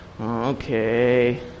okay